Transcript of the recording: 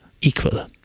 equal